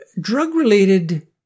Drug-related